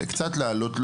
קצת להעלות,